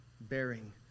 bearing